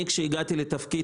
כשהגעתי לתפקיד,